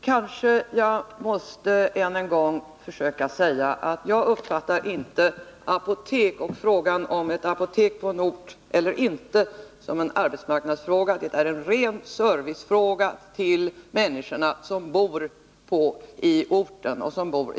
Fru talman! Jag måste än en gång säga att jag inte uppfattar frågan om huruvida man skall ha ett apotek på en ort eller inte som en arbetsmarknadsfråga. Det är en ren servicefråga, och det gäller servicen till de människor som bor på orten eller i dess närhet.